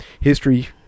history